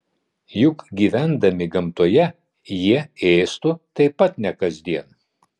juk gyvendami gamtoje jie ėstų taip pat ne kasdien